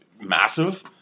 massive